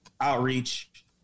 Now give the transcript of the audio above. outreach